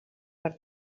per